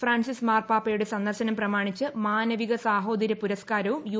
Francis മാർപ്പാപ്പയുടെ സന്ദർശനം പ്രമാണിച്ച് മാനവിക സാഹോദര്യ പുരസ്കാരവുംയു